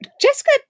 Jessica